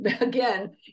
again